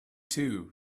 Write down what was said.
too